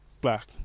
Black